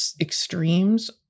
extremes